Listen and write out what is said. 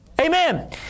Amen